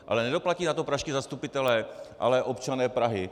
Nedoplatí na to pražští zastupitelé, ale občané Prahy.